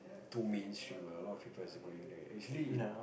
too mainstream ah a lot of people still keep going there actually in